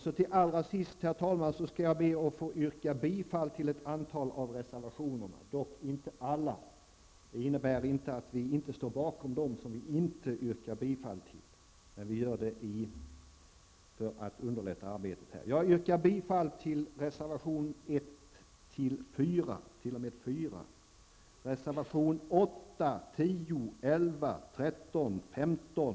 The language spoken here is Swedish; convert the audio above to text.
Så till allra sist: Vi står alla bakom socialdemokratiska reservationer, men jag yrkar här bifall till reservationerna 1--4, 8, 10, 11, 13, 15,